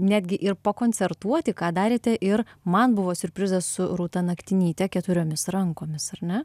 netgi ir pakoncertuoti ką darėte ir man buvo siurprizas su rūta naktinyte keturiomis rankomis ar ne